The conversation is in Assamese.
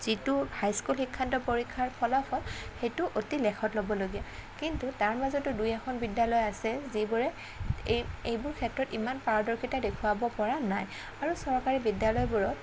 যিটো হাই স্কুল শিক্ষান্ত পৰীক্ষাৰ ফলাফল সেইটো অতি লেখত ল'বলগীয়া কিন্তু তাৰ মাজতো দুই এখন বিদ্যালয় আছে যিবোৰে এই এইবোৰ ক্ষেত্ৰত ইমান পাৰদৰ্শিতা দেখুৱাব পৰা নাই আৰু চৰকাৰী বিদ্যালয়বোৰত